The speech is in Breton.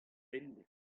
bemdez